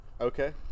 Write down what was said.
Okay